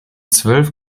zwölf